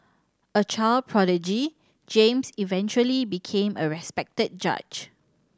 a child prodigy James eventually became a respected judge